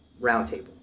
roundtable